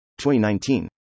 2019